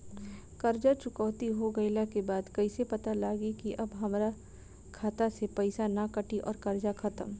कर्जा चुकौती हो गइला के बाद कइसे पता लागी की अब हमरा खाता से पईसा ना कटी और कर्जा खत्म?